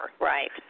Right